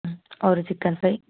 ம் ஒரு chicken fry